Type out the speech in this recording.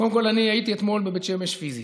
קודם כול הייתי אתמול בבית שמש פיזית.